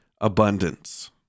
abundance